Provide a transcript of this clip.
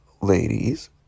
ladies